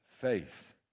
faith